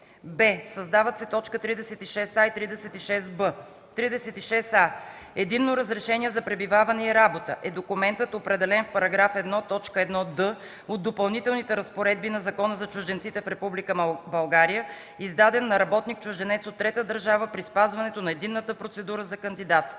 б) създават се т. 36а и 36б: „36а. „Единно разрешение за пребиваване и работа” е документът, определен в § 1, т. 1д от Допълнителните разпоредби на Закона за чужденците в Република България, издаден на работник-чужденец от трета държава при спазването на единната процедура за кандидатстване.